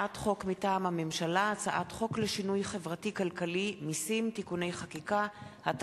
מטעם הממשלה: הצעת חוק לשינוי חברתי כלכלי (תיקוני חקיקה) (מסים),